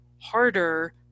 harder